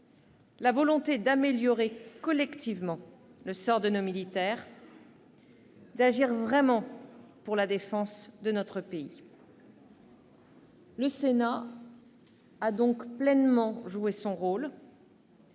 la volonté d'améliorer collectivement le sort de nos militaires et d'agir véritablement pour la défense de notre pays. Le Sénat a donc pleinement joué son rôle